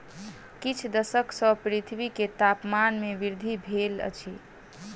किछ दशक सॅ पृथ्वी के तापमान में वृद्धि भेल अछि